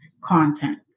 content